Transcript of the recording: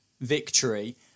victory